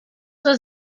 was